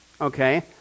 Okay